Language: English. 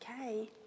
Okay